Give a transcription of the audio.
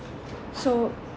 so